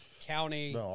county